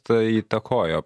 tai įtakojo